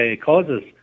causes